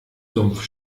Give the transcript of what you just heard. sumpf